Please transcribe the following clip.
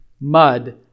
mud